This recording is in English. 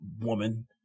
Woman